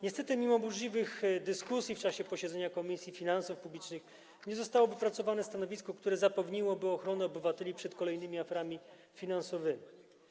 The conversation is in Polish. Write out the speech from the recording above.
Niestety mimo burzliwych dyskusji w czasie posiedzenia Komisji Finansów Publicznych nie zostało wypracowane stanowisko, które zapewniłoby ochronę obywateli przed kolejnymi aferami finansowymi.